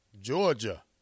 Georgia